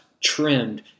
trimmed